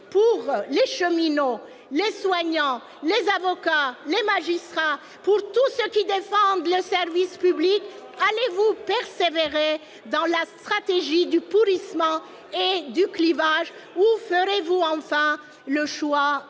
pour les cheminots, les soignants, les avocats, les magistrats, pour tous ceux qui défendent le service public, allez-vous persévérer dans la stratégie du pourrissement et du clivage ou ferez-vous enfin le choix